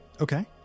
Okay